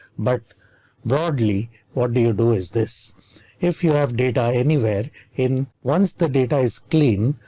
but broadly, what do you do? is this if you have data anywhere in once the data is clean,